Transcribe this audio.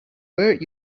where